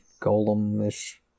golem-ish